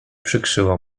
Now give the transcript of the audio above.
przykrzyło